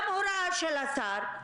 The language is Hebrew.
גם הוראה של השר,